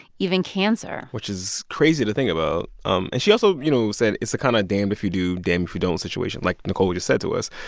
even cancer which is crazy to think about. um and she also, you know, said it's a kind of damned if you do, damned if you don't situation, like nicole just said to us.